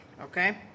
okay